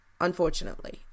unfortunately